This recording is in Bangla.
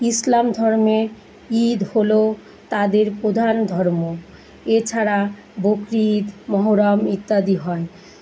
ইসলাম ধর্মের ইদ হলো তাদের প্রধান ধর্ম এছাড়া বকরি ইদ মহরম ইত্যাদি হয়